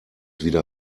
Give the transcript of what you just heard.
wieder